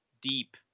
deep –